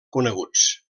coneguts